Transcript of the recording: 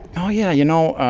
oh, yeah. you know,